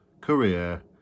career